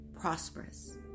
prosperous